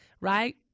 right